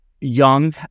young